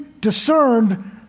discerned